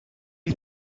you